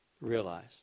Realize